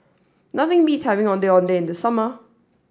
nothing beats having Ondeh Ondeh in the summer